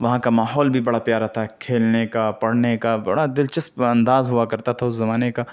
وہاں کا ماحول بھی بڑا پیارا تھا کھیلنے کا پڑھنے کا بڑا دلچسپ انداز ہوا کرتا تھا اس زمانے کا